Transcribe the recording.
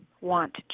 want